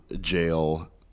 jail